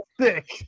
Thick